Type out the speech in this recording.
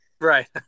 Right